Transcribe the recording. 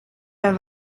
der